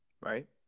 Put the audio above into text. right